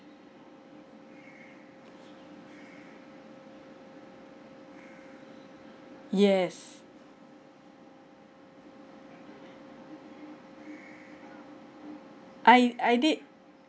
yes I I did